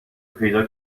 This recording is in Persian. پیدا